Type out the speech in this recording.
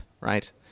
right